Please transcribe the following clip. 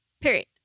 Period